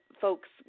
Folks